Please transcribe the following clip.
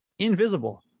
Invisible